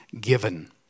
given